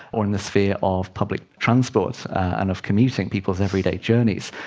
or in the sphere of public transport and of commuting people's everyday journeys,